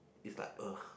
is like